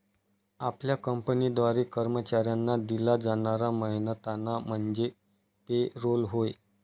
आपल्या कंपनीद्वारे कर्मचाऱ्यांना दिला जाणारा मेहनताना म्हणजे पे रोल होय